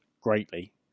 greatly